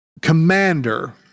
commander